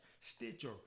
Stitcher